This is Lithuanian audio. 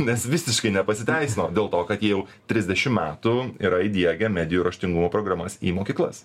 nes visiškai nepasiteisino dėl to kad jie jau trisdešim metų yra įdiegę medijų raštingumo programas į mokyklas